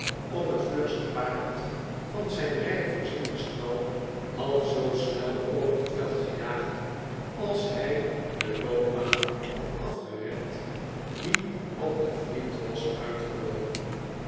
op het vlugste paard van zijn rijk voorzienen stal half zoo snel over net veld gejaagd als hij de loopbaan had af ger end die op de fleet was uitgeloopen